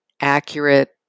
accurate